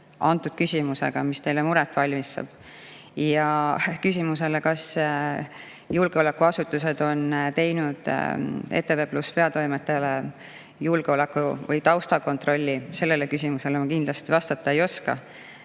selle küsimusega, mis teile muret valmistab. Küsimusele, kas julgeolekuasutused on teinud ETV+ peatoimetajale julgeoleku- või taustakontrolli, ma kindlasti vastata ei oska.